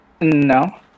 No